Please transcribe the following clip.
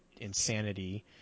insanity